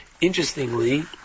Interestingly